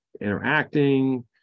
interacting